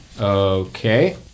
Okay